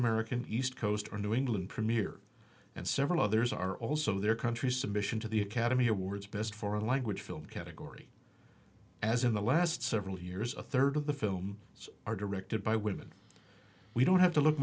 american east coast or new england premiere and several others are also their country submission to the academy awards best foreign language film category as in the last several years a third of the film so are directed by women we don't have to look